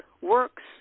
works